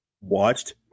watched